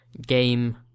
Game